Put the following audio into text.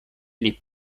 les